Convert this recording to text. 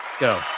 Go